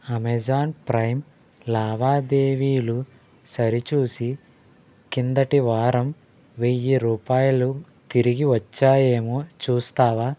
Amazon Prime లావాదేవీలు సరిచూసి కిందటి వారం వెయ్యి రూపాయలు తిరిగి వచ్చాయేమో చూస్తావా